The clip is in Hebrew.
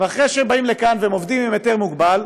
ואחרי שהם באים לכאן והם עובדים עם היתר מוגבל,